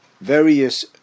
various